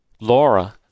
Laura